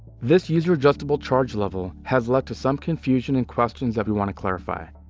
this user adjustable charge level has led to some confusion and questions that we want to clarify.